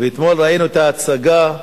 ואתמול ראינו את ההצגה,